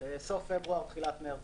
בסוף פברואר, תחילת מרס.